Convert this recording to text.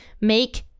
make